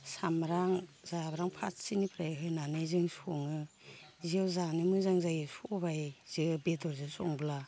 सामब्राम जाब्रां फारसेनिफ्राय होनानै जों सङो इदियाव जानो मोजां जायो सबायजो बेदरजो संब्ला